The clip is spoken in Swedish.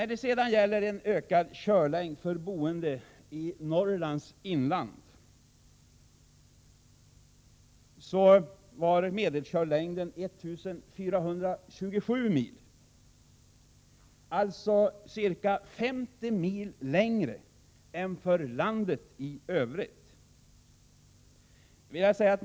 För boende i Norrlands inland var medelkörlängden 1 427 mil, alltså ca 50 mil längre än för boende i landet i övrigt.